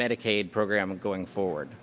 medicaid program going forward